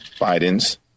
Biden's